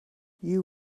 you